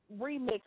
remix